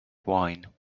wine